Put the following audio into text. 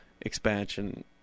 expansion